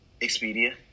Expedia